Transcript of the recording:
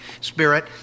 Spirit